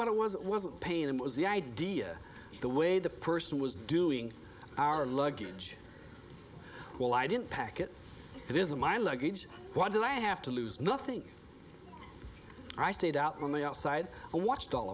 what it was it wasn't paying them was the idea the way the person was doing our luggage well i didn't pack it it isn't my luggage what do i have to lose nothing i stayed out on the outside and watched all